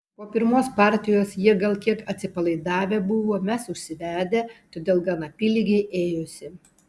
po pirmos partijos jie gal kiek atsipalaidavę buvo mes užsivedę todėl gan apylygiai ėjosi